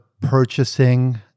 purchasing